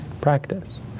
practice